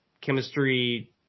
chemistry